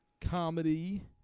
comedy